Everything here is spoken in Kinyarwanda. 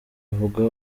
avuga